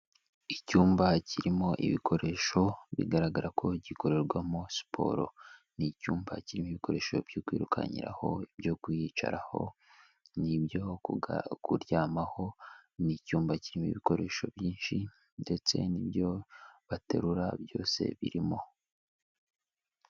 Icyumba kirimo ibikoresho bigaragara ko gikorerwamo siporo, ni icyumba kirimo ibikoresho byo kwirukankiraho, ibyo kucaraho n'ibyo kuryamaho, ni icyumba kirimo ibikoresho byinshi ndetse n'ibyo baterura byose birimo.